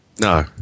No